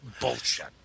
bullshit